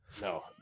no